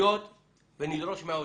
ועלויות ונדרוש מהאוצר.